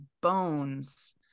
bones